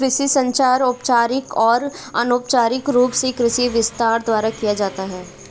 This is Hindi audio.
कृषि संचार औपचारिक और अनौपचारिक रूप से कृषि विस्तार द्वारा किया जाता है